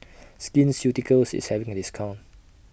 Skin Ceuticals IS having A discount